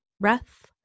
breath